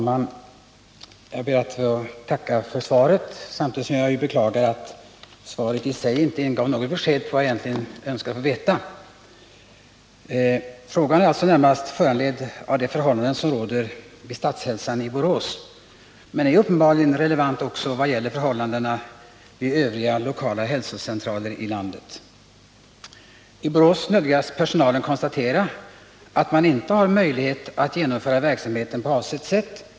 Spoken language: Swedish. Herr talman! Jag tackar för svaret, samtidigt som jag beklagar att detta i sig inte gav något besked när det gäller det som jag önskar få veta. Frågan har närmast föranletts av de förhållanden som råder vid den statliga hälsocentralen i Borås men är uppenbarligen relevant också i vad gäller förhållandena vid övriga lokala hälsocentraler i landet. I Borås nödgas personalen konstatera att den på grund av brist på medel inte kan klara verksamheten på avsett sätt.